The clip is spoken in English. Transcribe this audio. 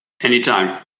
anytime